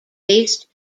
based